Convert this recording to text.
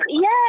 Yes